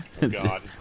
God